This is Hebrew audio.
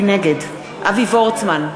נגד אבי וורצמן,